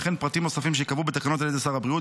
וכן פרטים נוספים שייקבעו בתקנות על ידי שר הבריאות,